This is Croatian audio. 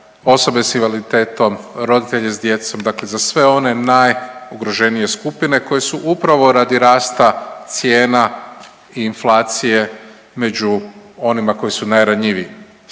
osobe sa invaliditetom, roditelje sa djecom. Dakle, za sve one najugroženije skupine koji su upravo radi rasta cijena i inflacije među onima koji su najranjiviji.